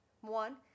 One